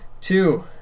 Two